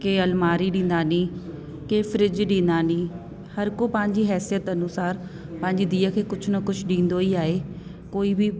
के अलमारी ॾींदानी के फ्रिज ॾींदानी हर को पंहिंजी हैसियत अनुसार पंहिंजी धीउ खे कुझु न कुझु ॾींदो ई आहे कोई बि